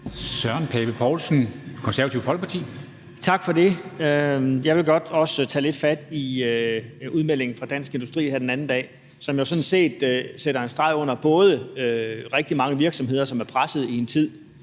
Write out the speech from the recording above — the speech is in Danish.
Søren Pape Poulsen (KF): Tak for det. Jeg vil også godt tage lidt fat i udmeldingen fra Dansk Industri her den anden dag, som jo sådan set sætter en streg under, at rigtig mange virksomheder er presset i en tid,